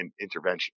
intervention